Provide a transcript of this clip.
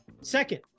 Second